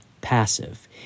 passive